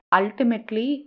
ultimately